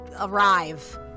arrive